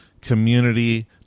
community